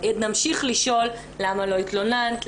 נמשיך לשאול למה לא התלוננת,